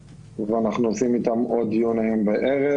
ואנחנו עושים איתם עוד דיון הערב.